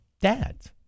dads